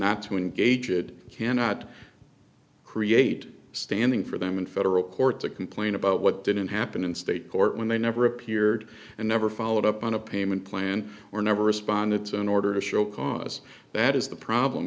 not to engage it cannot create standing for them in federal court to complain about what didn't happen in state court when they never appeared and never followed up on a payment plan were never responded to in order to show cause that is the problem